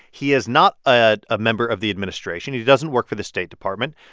he is not a ah member of the administration. he doesn't work for the state department.